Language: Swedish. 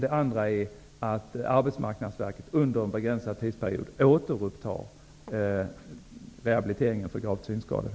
Den andra saken gäller att Arbetsmarknadsverket under en begränsad tidsperiod återupptar rehabiliteringen för gravt synskadade.